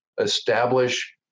establish